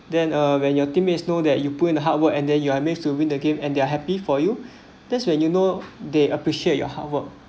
then uh when your teams know that you put in hard work and then you are mixed to win the game and they are happy for you that's when you know they appreciate your hard work